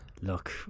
Look